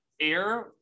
air